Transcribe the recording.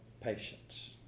patience